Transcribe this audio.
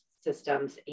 systems